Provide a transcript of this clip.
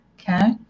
Okay